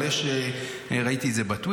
אבל ראיתי את זה בטוויטר.